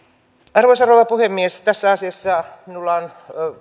arvoisa rouva puhemies tässä asiassa minulla on